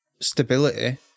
stability